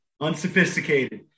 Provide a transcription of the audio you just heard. unsophisticated